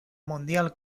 mundial